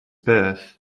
birth